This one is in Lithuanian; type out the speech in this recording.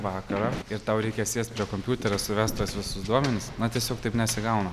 vakarą ir tau reikia sėst prie kompiuterio suvest tuos visus duomenis na tiesiog taip nesigauna